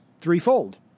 threefold